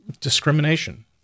discrimination